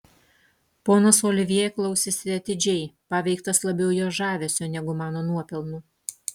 ponas olivjė klausėsi atidžiai paveiktas labiau jos žavesio negu mano nuopelnų